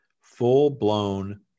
full-blown